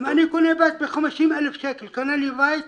עם 50,000 שקל אתה יכול לקנות לי בית?